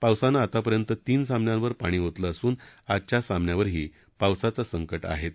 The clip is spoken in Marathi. पावसानं आतापर्यंत तीन सामन्यांवर पाणी ओतलं असून आजच्या सामन्यावरही पावसाचं संकट आहेच